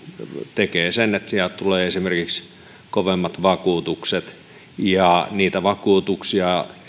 tekevät sen että sieltä tulee esimerkiksi kovemmat vakuutukset enkä usko että niitä vakuutuksia